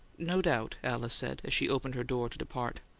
no doubt, alice said, as she opened her door to depart.